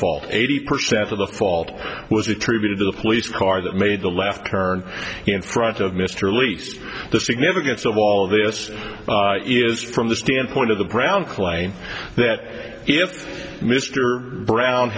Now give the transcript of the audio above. fault eighty percent of the fault was attributed to the police car that made the left turn in front of mr least the significance of all of this is from the standpoint of the ground claim that if mr brown